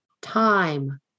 time